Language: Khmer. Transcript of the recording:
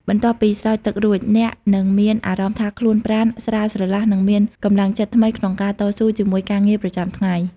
បន្ទាប់ពីស្រោចទឹករួច អ្នកនឹងមានអារម្មណ៍ថាខ្លួនប្រាណស្រាលស្រឡះ និងមានកម្លាំងចិត្តថ្មីក្នុងការតស៊ូជាមួយការងារប្រចាំថ្ងៃ។